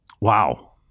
Wow